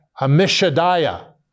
Amishadiah